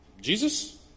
Jesus